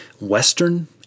Western